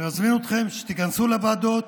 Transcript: אני מזמין אתכם שתיכנסו לוועדות,